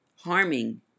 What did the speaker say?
harming